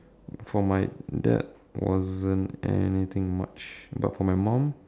for my dad wasn't anything much but for my mom